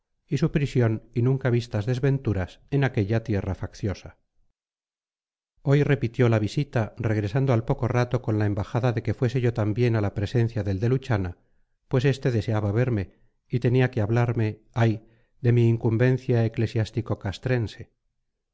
su prisión y nunca vistas desventuras en aquella tierra facciosa hoy repitió la visita regresando al poco rato con la embajada de que fuese yo también a la presencia del de luchana pues este deseaba verme y tenía que hablarme ay de mi incumbencia